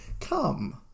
come